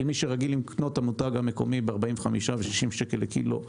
כי מי שרגיל לקנות את המותג המקומי ב-45 ו-60 שקל לקילו,